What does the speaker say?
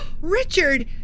Richard